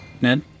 Ned